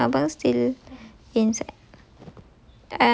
uh abang abang still insi~